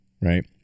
right